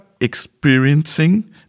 experiencing